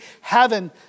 heaven